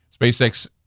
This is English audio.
SpaceX